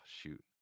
shoot